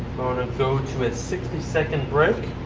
and so to a sixty second break.